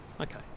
Okay